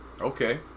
Okay